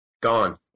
Gone